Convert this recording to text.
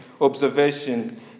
observation